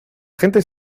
gente